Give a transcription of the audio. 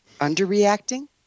Underreacting